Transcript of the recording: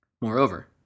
Moreover